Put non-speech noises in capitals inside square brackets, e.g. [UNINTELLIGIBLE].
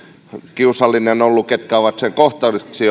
kiusallinen ollut niille ketkä ovat sen kohteeksi [UNINTELLIGIBLE]